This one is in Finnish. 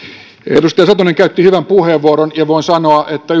edustaja satonen käytti hyvän puheenvuoron ja voin sanoa että